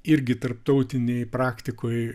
irgi tarptautinėj praktikoj